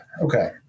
Okay